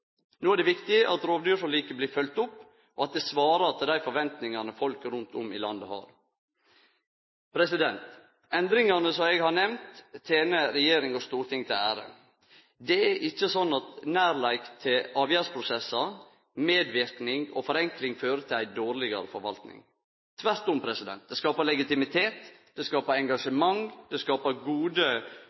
No er det viktig at rovdyrforliket blir følgt opp, og at det svarar til dei forventingane folk rundt om i landet har. Endringane som eg har nemnt, tener regjering og storting til ære. Det er ikkje slik at nærleik til avgjerdsprosessar, medverknad og forenkling fører til ei dårlegare forvalting – tvert om. Det skapar legitimitet, engasjement og gode